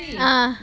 ah